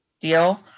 deal